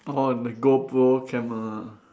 orh the Go Pro camera